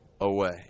away